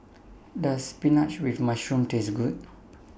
Does Spinach with Mushroom Taste Good